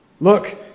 Look